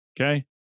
Okay